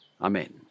Amen